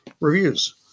reviews